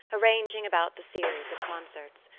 arranging about the series of concerts.